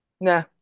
nah